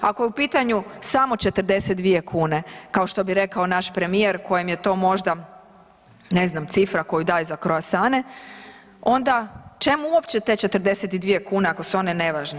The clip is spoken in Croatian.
Ako je u pitanju samo 42 kn kao što bi rekao naš premijer kojem je to možda ne znam, cifra koju daje za kroasane, onda čemu uopće te 42 kn ako su one nevažne?